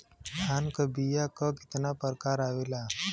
धान क बीया क कितना प्रकार आवेला?